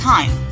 Time